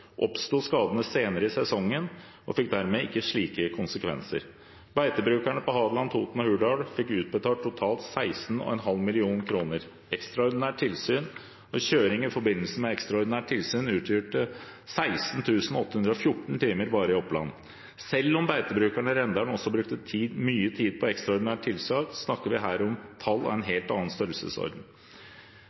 oppsto skadene senere i sesongen og fikk dermed ikke slike konsekvenser. Beitebrukerne på Hadeland, Toten og Hurdal fikk utbetalt totalt 16,5 mill. kr. Ekstraordinært tilsyn og kjøring i forbindelse med ekstraordinært tilsyn utgjorde 16 814 timer bare i Oppland. Selv om beitebrukerne i Rendalen også brukte mye tid på ekstraordinært tilsyn, snakker vi her om tall av en helt annen størrelsesorden.